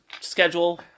schedule